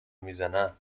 میزنن